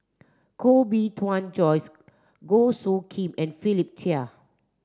Koh Bee Tuan Joyce Goh Soo Khim and Philip Chia